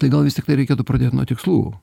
tai gal vis tiktai reikėtų pradėt nuo tikslų